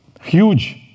huge